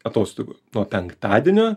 atostogų nuo penktadienio